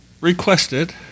requested